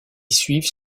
suivent